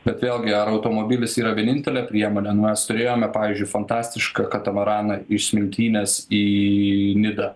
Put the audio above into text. bet vėlgi automobilis yra vienintelė priemonė mes turėjome pavyzdžiui fantastišką katamaraną iš smiltynės į nidą